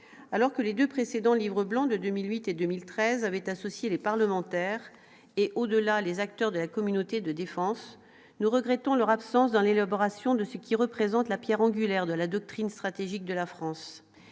alors que les 2 précédents livres blanc de 2008 et 2013 avait associé les parlementaires et, au-delà, les acteurs de la communauté de défense, nous regrettons leur absence dans les lobes ration de ce qui représente la Pierre angulaire de la doctrine stratégique de la France,